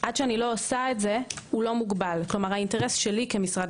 עד שלא עושה את זה הוא לא מוגבל כלומר האינטרס שלי כמשרד